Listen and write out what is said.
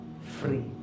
free